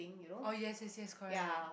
oh yes yes yes correct